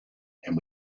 and